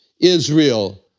Israel